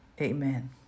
amen